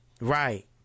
Right